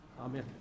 Amen